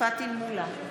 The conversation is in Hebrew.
פטין מולא,